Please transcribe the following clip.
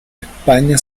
españa